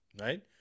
right